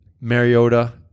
Mariota